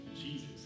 Jesus